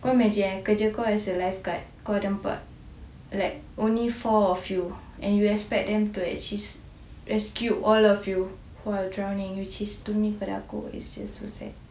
kau imagine eh kerja kau as a lifeguard kau ada empat like only four of you and you expect them to rescue all of you who are drowing which is to me pada aku is just so sad